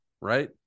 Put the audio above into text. right